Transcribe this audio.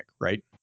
right